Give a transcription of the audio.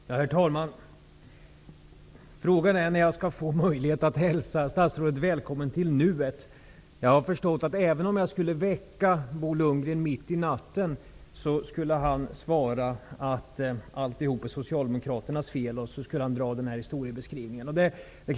Herr talman! Frågan är när jag skall få möjlighet att hälsa statsrådet välkommen till nuet. Jag har förstått att även om jag skulle väcka Bo Lundgren mitt i natten, skulle han svara att alltihop är Socialdemokraternas fel och dra sin historiebeskrivning igen.